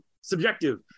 subjective